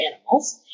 animals